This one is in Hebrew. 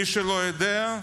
מי שלא יודע,